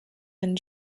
and